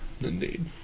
Indeed